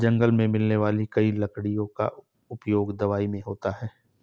जंगल मे मिलने वाली कई लकड़ियों का उपयोग दवाई मे होता है